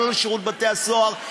לא לשירות בתי-הסוהר,